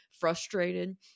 frustrated